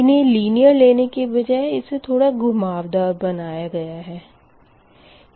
इन्हें लिनीयर बनाने की बजाय इसे थोड़ा घुमावदार बनाया गया है